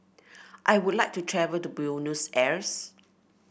I would like to travel to Buenos Aires